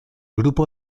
grupo